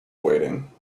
weighting